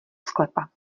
sklepa